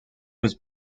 was